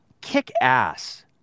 kick-ass